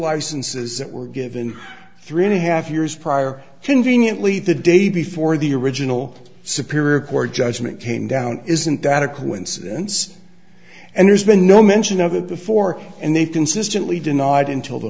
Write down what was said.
licenses that were given three and a half years prior conveniently the day before the original superior court judgment came down isn't that a coincidence and there's been no mention of it before and they've consistently denied until the